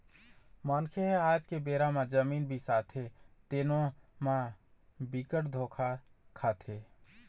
मनखे ह आज के बेरा म जमीन बिसाथे तेनो म बिकट धोखा खाथे